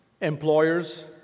employers